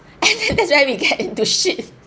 and then that's where we get into shit